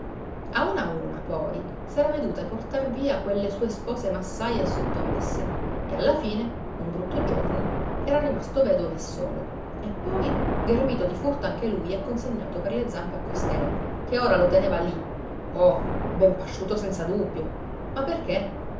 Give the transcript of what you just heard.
a una poi s'era vedute portar via quelle sue spose massaje e sottomesse e alla fine un brutto giorno era rimasto vedovo e solo e poi ghermito di furto anche lui e consegnato per le zampe a costei che ora lo teneva lì oh ben pasciuto senza dubbio ma perché